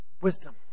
Wisdom